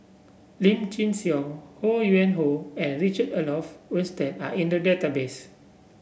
Lim Chin Siong Ho Yuen Hoe and Richard Olaf Winstedt are in the database